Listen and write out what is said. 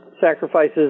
sacrifices